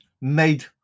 made